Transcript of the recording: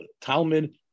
Talmud